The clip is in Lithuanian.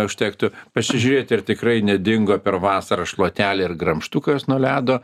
užtektų pasižiūrėti ar tikrai nedingo per vasarą šluotelė ir gramžtukas nuo ledo